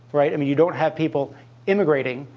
right? i mean, you don't have people immigrating.